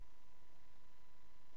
היושב-ראש?